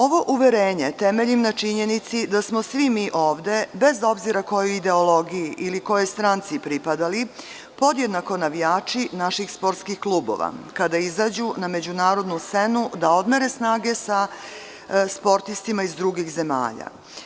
Ovo uverenje temeljim na činjenici da smo svi mi ovde, bez obzira kojoj ideologiji ili kojoj stranci pripadali, podjednako navijači naših sportskih klubova, kada izađu na međunarodnu scenu da odmere snage sa sportistima iz drugih zemalja.